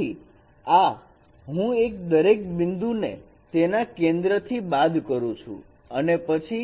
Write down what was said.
તેથી આ હું દરેક બિંદુ ને તેના કેન્દ્રથી બાદ કરું છું અને પછી